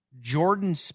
Jordan